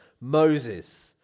Moses